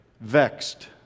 vexed